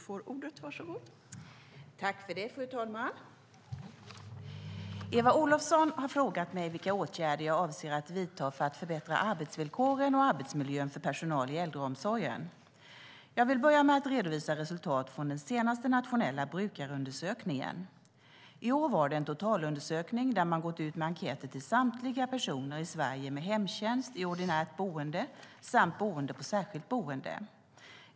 Fru talman! Eva Olofsson har frågat mig vilka åtgärder jag avser att vidta för att förbättra arbetsvillkoren och arbetsmiljön för personal i äldreomsorgen. Jag vill börja med att redovisa resultat från den senaste nationella brukarundersökningen. I år var det en totalundersökning där man gått ut med enkäter till samtliga personer i Sverige med hemtjänst i ordinärt boende samt boende på särskilt boende.